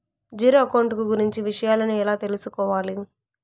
Zero account కు గురించి విషయాలను ఎలా తెలుసుకోవాలి?